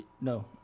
No